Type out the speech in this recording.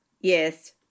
Yes